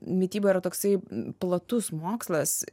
mityba yra toksai platus mokslas